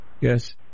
yes